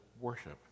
worship